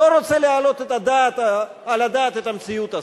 לא רוצה להעלות על הדעת את המציאות הזאת.